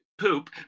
poop